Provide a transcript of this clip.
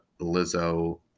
lizzo